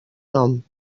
nom